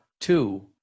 two